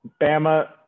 Bama